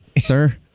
sir